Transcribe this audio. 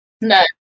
no